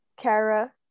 Kara